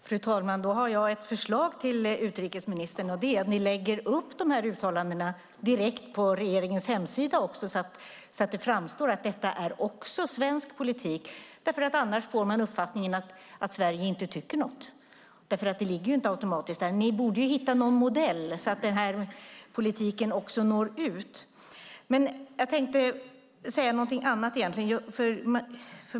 Fru talman! Då har jag ett förslag till utrikesministern, och det är att ni lägger upp de här uttalandena direkt på regeringens hemsida så att det framgår att det också är svensk politik. Annars får man uppfattningen att Sverige inte tycker något eftersom det inte ligger där automatiskt. Ni borde hitta en modell som gör att den här politiken också når ut. Egentligen tänkte jag säga någonting annat.